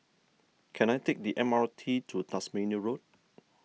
can I take the M R T to Tasmania Road